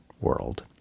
world